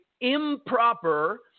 improper